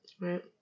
Right